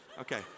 Okay